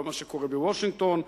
לא מה שקורה בוושינגטון,